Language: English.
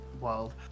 world